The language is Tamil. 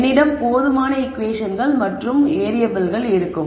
என்னிடம் போதுமான ஈகுவேஷன்கள் மற்றும் வேறியபிள்கள் இருக்கும்